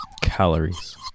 Calories